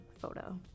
Photo